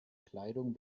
kleidung